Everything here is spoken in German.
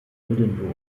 oldenburg